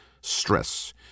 stress